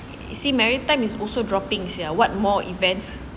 you see maritime is also dropping sia what more events